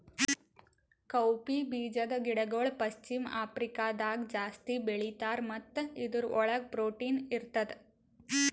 cowpea ಬೀಜದ ಗಿಡಗೊಳ್ ಪಶ್ಚಿಮ ಆಫ್ರಿಕಾದಾಗ್ ಜಾಸ್ತಿ ಬೆಳೀತಾರ್ ಮತ್ತ ಇದುರ್ ಒಳಗ್ ಪ್ರೊಟೀನ್ ಇರ್ತದ